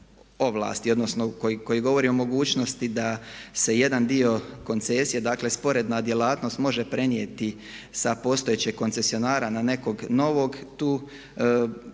odnosno koji govori o mogućnosti da se jedan dio koncesije, dakle sporedna djelatnost može prenijeti sa postojećeg koncesionara na nekog novog tu bih